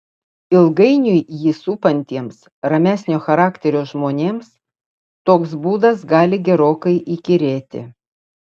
ilgainiui jį supantiems ramesnio charakterio žmonėms toks būdas gali gerokai įkyrėti